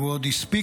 והוא עוד הספיק,